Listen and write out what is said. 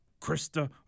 Krista